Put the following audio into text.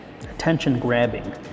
attention-grabbing